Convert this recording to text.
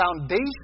foundation